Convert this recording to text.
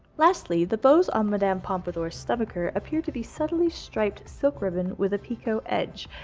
lastly, the bows on madame pompadour's stomacher appear to be subtly striped silk ribbon with a picot edge,